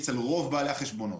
אצל רוב בעלי החשבונות.